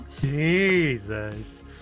Jesus